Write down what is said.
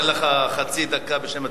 אתן לך חצי דקה בשם הציונות.